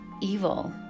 evil